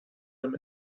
him